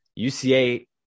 UCA